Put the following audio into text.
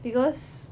because